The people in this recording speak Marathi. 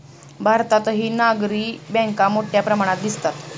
भारतातही नागरी बँका मोठ्या प्रमाणात दिसतात